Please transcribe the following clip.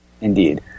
Indeed